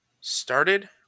started